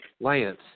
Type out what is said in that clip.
Lance